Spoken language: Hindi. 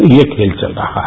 तो ये खेल चल रहा है